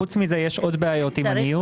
חוץ מזה, יש עוד בעיות עם הניוד.